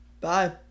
Bye